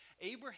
Abraham